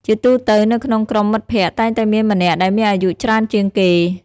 ជាទូទៅ នៅក្នុងក្រុមមិត្តភក្តិតែងតែមានម្នាក់ដែលមានអាយុច្រើនជាងគេ។